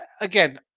again